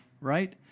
right